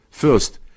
First